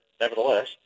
nevertheless